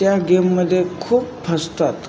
त्या गेममध्ये खूप फसतात